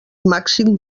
màxim